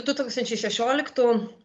du tūkstančiai šešioliktų